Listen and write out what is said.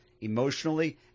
emotionally